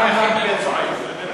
תודה רבה.